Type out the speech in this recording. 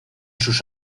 sus